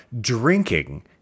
drinking